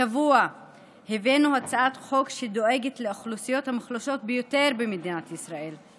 השבוע הבאנו הצעת חוק שדואגת לאוכלוסיות המוחלשות ביותר במדינת ישראל,